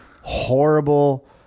Horrible